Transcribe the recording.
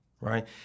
right